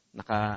naka